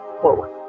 forward